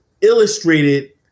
illustrated